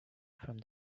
from